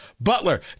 Butler